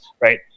right